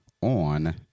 on